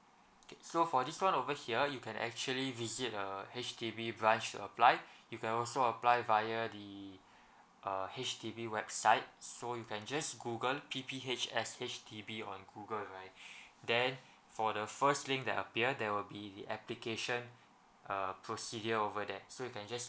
okay so for this one over here you can actually visit a H_D_B branch to apply you can also apply via the uh H_D_B website so you can just google P P H S H_D_B on google right then for the first link that appear there will be the application uh procedure over there so you can just